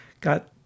got